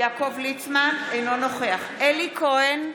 אינו נוכח אלי כהן,